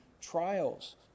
trials